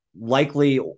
likely